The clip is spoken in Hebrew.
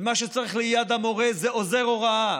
ומה שצריך ליד המורה זה עוזר הוראה.